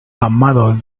amado